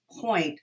point